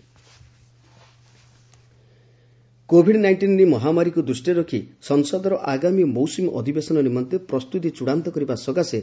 LS ସ୍ୱିକର COVID nineteen ମହାମାରୀକୁ ଦୃଷ୍ଟିରେ ରଖି ସଂସଦର ଆଗାମୀ ମୌସୁମୀ ଅଧିବେଶନ ନିମନ୍ତେ ପ୍ରସ୍ତୁତି ଚୂଡାନ୍ତ କରିବା ସକାଶେ